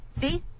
See